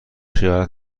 خیانت